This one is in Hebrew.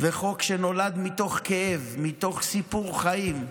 זה חוק שנולד מתוך כאב, מתוך סיפור חיים,